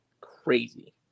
crazy